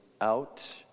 out